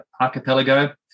archipelago